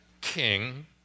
king